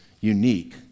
unique